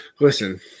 listen